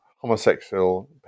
homosexual